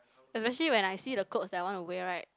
especially when I see the clothes that I want to wear right